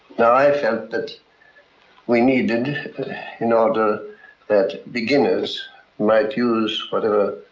that i felt that we needed an order that beginners might use whatever